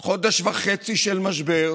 לנגד העיניים בחודש וחצי של משבר,